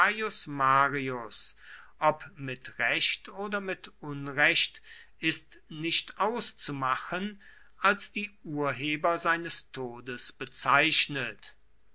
marius ob mit recht oder mit unrecht ist nicht auszumachen als die urheber seines todes bezeichnet